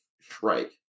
Shrike